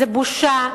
זו בושה.